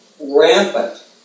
rampant